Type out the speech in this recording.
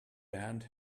band